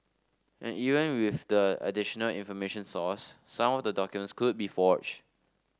and even with the additional information sourced some of the documents could be forged